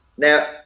Now